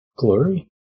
Glory